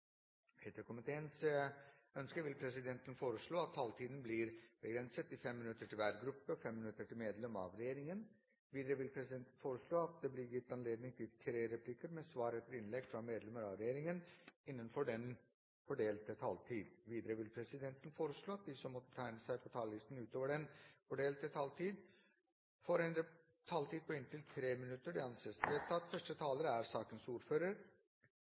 Etter ønske fra transport- og kommunikasjonskomiteen vil presidenten foreslå at taletiden blir begrenset til 5 minutter til hver gruppe og 5 minutter til medlem av regjeringen. Videre vil presidenten foreslå at det blir gitt anledning til tre replikker med svar etter innlegg fra medlemmer av regjeringen innenfor den fordelte taletid. Videre vil presidenten foreslå at de som måtte tegne seg på talerlisten utover den fordelte taletid, får en taletid på inntil 3 minutter. – Det anses vedtatt.